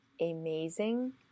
amazing